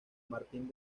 martín